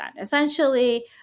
Essentially